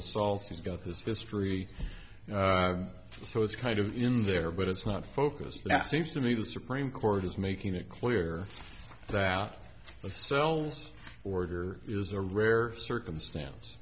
assaults he's got this history so it's kind of in there but it's not the focus that seems to me the supreme court is making it clear that sells order is a rare circumstance